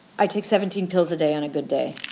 i take seventeen pills a day on a good day,